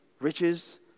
Riches